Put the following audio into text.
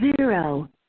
zero